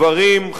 גברים,